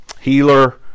healer